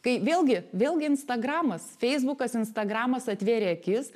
kai vėlgi vėlgi instagramas feisbukas instagramas atvėrė akis